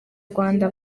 rwanda